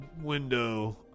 window